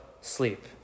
sleep